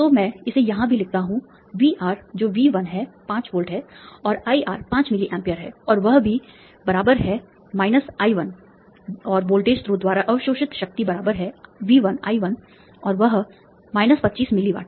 तो मैं इसे यहाँ भी लिखता हूँ V R जो V1 है 5 वोल्ट है और IR 5 मिली amps है और वह भी to I1 है और वोल्टेज स्रोत द्वारा अवशोषित शक्ति V1 I1 है 25 मिली वाट